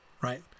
right